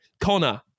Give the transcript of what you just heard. Connor